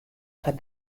foar